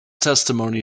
testimony